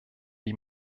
die